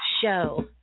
show